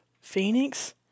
Phoenix